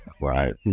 right